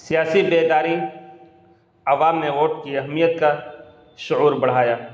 سیاسی بیداری عوام میں ووٹ کی اہمیت کا شعور بڑھایا